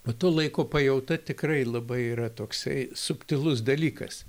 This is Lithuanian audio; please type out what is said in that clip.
o to laiko pajauta tikrai labai yra toksai subtilus dalykas